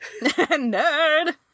Nerd